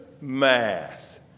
Math